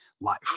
life